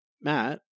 Matt